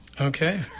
Okay